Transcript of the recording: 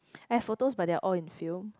have photos but they are all in film